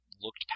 looked